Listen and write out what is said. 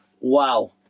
Wow